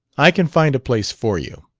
i can find a place for you.